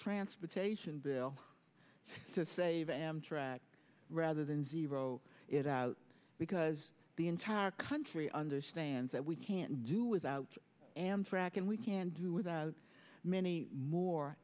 transportation bill to save amtrak rather than zero it out because the entire country understands that we can't do without amtrak and we can do with many more